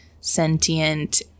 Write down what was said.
sentient